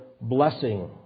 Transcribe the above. blessing